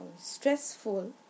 stressful